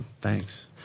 Thanks